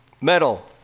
metal